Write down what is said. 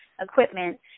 equipment